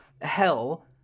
hell